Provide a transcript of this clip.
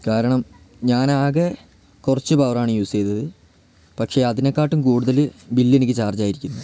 കാരണം ഞാനാകെ കുറച്ച് പവറാണ് യൂസ് പക്ഷെ അതിനെക്കാട്ടും കൂടുതൽ ബിൽ എനിക്ക് ചാർജായിരിക്കുന്നു